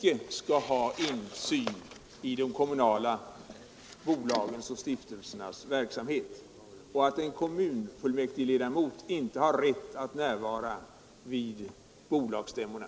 inte skall ha insyn i de mycket betydelsefulla kommunala bolagens och stiftelsernas verksamhet och att en kommunfullmäktigeledamot inte har rätt att närvara vid bolagsstämmorna.